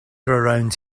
around